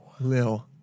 Lil